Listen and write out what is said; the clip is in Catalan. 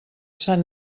sant